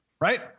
Right